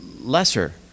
lesser